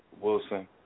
Wilson